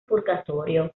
purgatorio